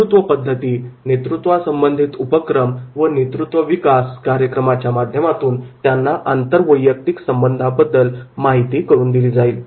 नेतृत्व पद्धती नेतृत्वासंबंधित उपक्रम व नेतृत्व विकास कार्यक्रमाच्या माध्यमातून त्यांना आंतरवैयक्तिक संबंधांबद्दल माहिती करून दिली जाईल